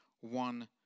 one